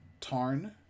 Tarn